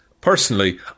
Personally